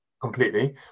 completely